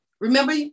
Remember